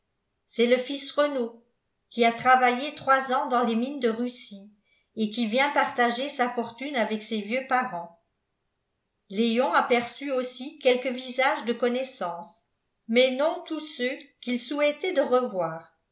c'est le fils renault qui a travaillé trois ans dans les mines de russie et qui vient partager sa fortune avec ses vieux parents léon aperçut aussi quelques visages de connaissance mais non tout ceux qu'il souhaitait de revoir